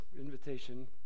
invitation